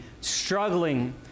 struggling